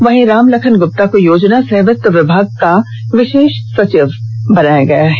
वहीं राम लखन गुप्ता को योजना सह वित्त विभाग का विशेष सचिव बनाया गया है